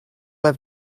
have